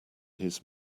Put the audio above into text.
his